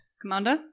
Commander